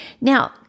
Now